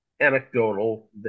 anecdotal